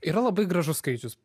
yra labai gražus skaičius